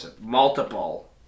multiple